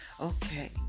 Okay